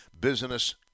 business